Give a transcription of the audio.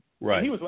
Right